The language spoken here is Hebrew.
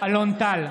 אלון טל,